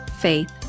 faith